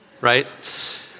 right